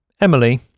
Emily